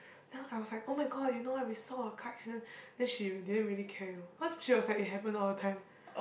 then I was like was like [oh]-my-god you know what we saw a car accident then she didn't really care orh cause she was like it happens all the time